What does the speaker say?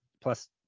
plus